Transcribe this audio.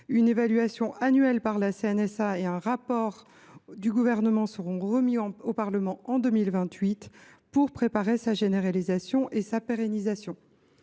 pour l’autonomie (CNSA) et un rapport du Gouvernement seront remis au Parlement en 2028, pour préparer sa généralisation et sa pérennisation.